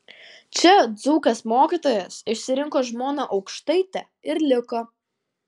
čia dzūkas mokytojas išsirinko žmoną aukštaitę ir liko